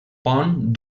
pont